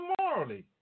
morally